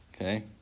Okay